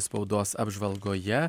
spaudos apžvalgoje